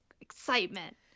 excitement